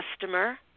customer